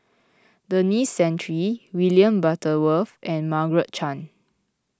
Denis Santry William Butterworth and Margaret Chan